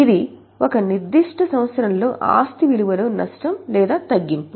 ఇది ఒక నిర్దిష్ట సంవత్సరంలో ఆస్తి విలువలో నష్టం లేదా తగ్గింపు